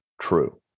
true